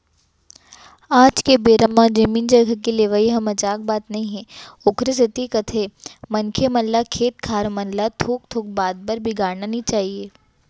आज के बेरा म जमीन जघा के लेवई ह मजाक बात नई हे ओखरे सेती कथें मनखे मन ल खेत खार मन ल थोक थोक बात बर बिगाड़ना नइ चाही